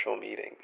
meeting